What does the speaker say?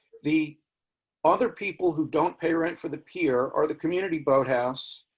the other people who don't pay rent for the pier or the community boathouse